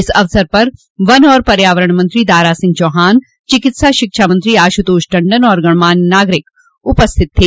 इस अवसर पर वन एवं पर्यावरण मंत्री दारा सिह चौहान चिकित्सा शिक्षा मंत्री आश्रतोष टण्डन और गणमान्य नागरिक उपस्थित थे